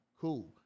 Cool